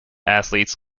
athletes